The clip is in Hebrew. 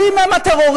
רק הערבים הם טרוריסטים,